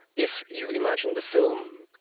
if you imagine the film,